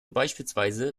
beispielsweise